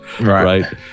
Right